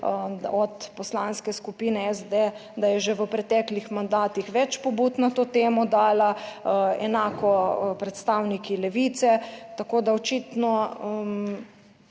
od poslanske skupine SD, da je že v preteklih mandatih več pobud na to temo dala, enako predstavniki Levice, tako da očitno